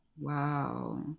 wow